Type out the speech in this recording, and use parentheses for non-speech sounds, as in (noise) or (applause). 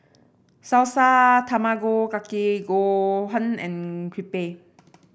Salsa Tamago Kake Gohan and Crepe (noise)